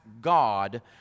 God